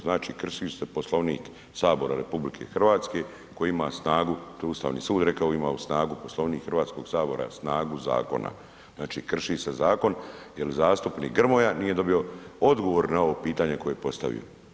Znači krši se Poslovnik sabora RH koji ima snagu, to je Ustavni sud rekao, ima snagu Poslovnik Hrvatskog sabora snagu zakona, znači krši se zakon jer zastupnik Grmoja nije dobio odgovor na ovo pitanje koje je postavio.